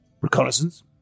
Reconnaissance